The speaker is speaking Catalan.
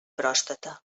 pròstata